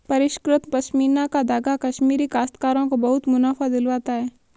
परिष्कृत पशमीना का धागा कश्मीरी काश्तकारों को बहुत मुनाफा दिलवाता है